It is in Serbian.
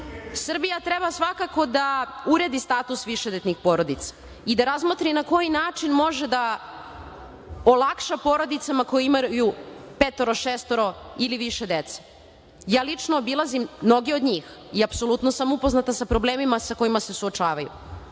Srbija treba svakako da uredi status višedetnih porodica i da razmotri na koji način može da olakša porodicama koje imaju petoro, šestoro ili više dece. Ja lično obilazim mnoge od njih i apsolutno sam upoznata sa problemima sa kojima se suočavaju,